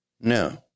No